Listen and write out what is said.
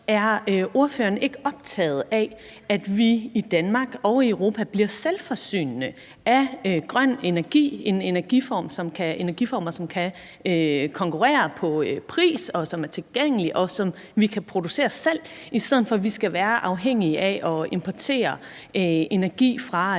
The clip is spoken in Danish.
Er ordføreren ikke optaget af, at vi i Danmark og i Europa bliver selvforsynende med grøn energi, med energiformer, som kan konkurrere på pris, og som er tilgængelig, og som vi kan producere selv, i stedet for at vi skal være afhængig af at importere energi fra